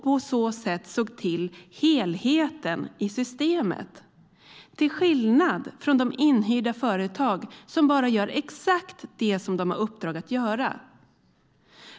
På så sätt såg de till helheten i systemet, till skillnad från de inhyrda företag som bara gör exakt det de har i uppdrag att göra.